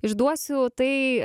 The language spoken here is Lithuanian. išduosiu tai